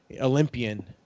Olympian